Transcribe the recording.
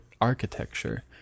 architecture